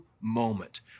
moment